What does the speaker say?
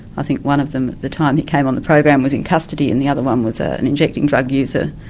i think one of them at the time he came on the program was in custody, and the other one was ah an injecting drug user,